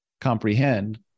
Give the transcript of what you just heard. comprehend